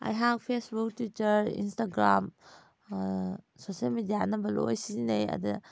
ꯑꯩꯍꯥꯛ Facebook Twitter Instagram social media ꯑꯅꯝꯕ ꯂꯣꯏ ꯁꯤꯖꯤꯟꯅꯩ ꯑꯗ